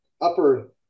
upper